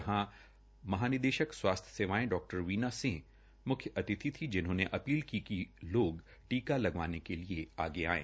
यहां महानिदेशक स्वास्थ्य सेवायें डॉ वीना सिंह म्ख्य अतिथि थी जिनहोंने अपील की कि लोग टीका लगवाने के लिए आगे आये